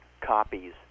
copies